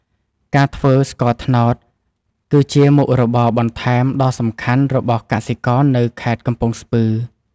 ការធ្វើស្ករត្នោតគឺជាមុខរបរបន្ថែមដ៏សំខាន់របស់កសិករនៅខេត្តកំពង់ស្ពឺ។